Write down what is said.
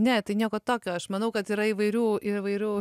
ne tai nieko tokio aš manau kad yra įvairių įvairių